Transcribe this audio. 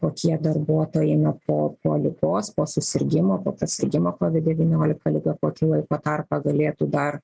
kokie darbuotojai nu po po ligos po susirgimo po prasirgimo kovid devyniolika liga kokį laiko tarpą galėtų dar